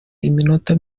iminota